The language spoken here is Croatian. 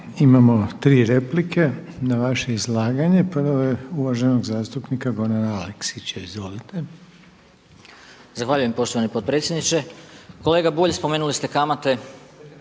Imamo tri replike na vaše izlaganje. Prva je uvaženog zastupnika Gorana Aleksića. Izvolite. **Aleksić, Goran (SNAGA)** Zahvaljujem. Poštovani potpredsjedniče! Kolega Bulj, spomenuli ste ja